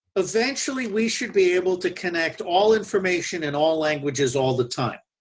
eventually, we should be able to connect all information and all languages all the time.